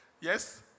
Yes